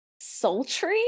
sultry